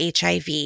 HIV